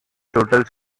totals